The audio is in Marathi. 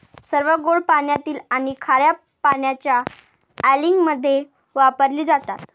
सर्व गोड पाण्यातील आणि खार्या पाण्याच्या अँलिंगमध्ये वापरले जातात